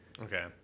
Okay